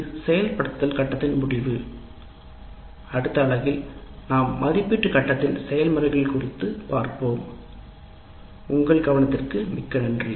இது செயல்படுத்தும் கட்டத்தின் முடிவு அடுத்த யூனிட்டில் நாம் கட்டத்தை மதிப்பீடு குறித்து பார்ப்போம் உங்கள் கவனத்திற்கு மிக்க நன்றி